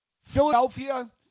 Philadelphia